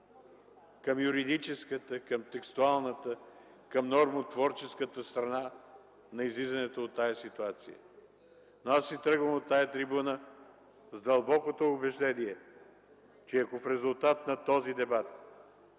към юридическата, към текстуалната, към нормотворческата страна на излизането от тази ситуация. Но аз си тръгвам от трибуната с дълбокото убеждение, че ако в резултат на дебата